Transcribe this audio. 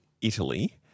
Italy